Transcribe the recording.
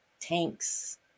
tanks